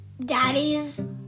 daddy's